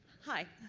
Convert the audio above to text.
hi,